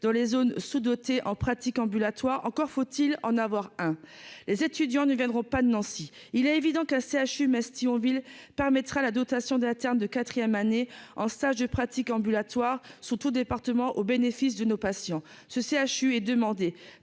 dans les zones sous-dotées en pratique ambulatoire, encore faut-il en avoir un, les étudiants ne viendront pas de Nancy, il est évident que le CHU, Metz, Thionville permettra la dotation de la terre de 4ème année en stage de pratique ambulatoire surtout départements au bénéfice de nos patients ce CHU et demandée